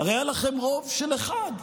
הרי היה לכם רוב של אחד,